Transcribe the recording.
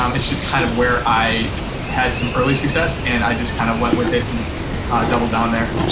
um it's just kind of where i had some early success and i just kind of went with it and double-downed there.